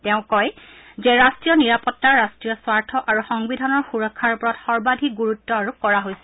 তেওঁ কয় যে ৰাট্টীয় নিৰাপতা ৰাট্টীয় স্বাৰ্থ আৰু সংবিধানৰ সুৰক্ষাৰ ওপৰত সৰ্বাধিক গুৰুত্ আৰোপ কৰা হৈছে